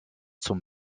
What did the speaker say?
zum